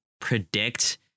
predict